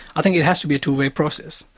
i think it has to be a two-way process.